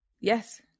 Yes